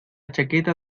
chaqueta